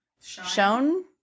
shown